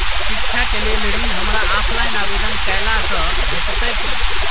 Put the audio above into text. शिक्षा केँ लेल ऋण, हमरा ऑफलाइन आवेदन कैला सँ भेटतय की?